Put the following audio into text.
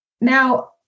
Now